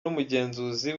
n’umugenzuzi